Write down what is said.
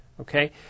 okay